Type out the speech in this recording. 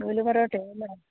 നൂലു പൊറോട്ടയാണ് അല്ലെ